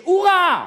כשהוא ראה,